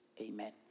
amen